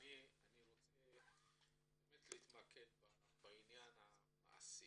-- אני רוצה להתמקד בעניין המעשי.